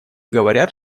говорят